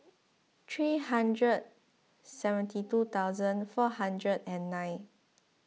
three hundred seventy two thousand four hundred and nine